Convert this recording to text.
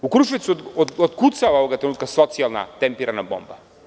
U Kruševcu otkucava, ovoga trenutka, socijalna tempirana bomba.